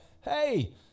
hey